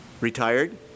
retired